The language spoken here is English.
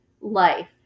life